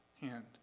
hand